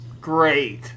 Great